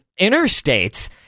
interstates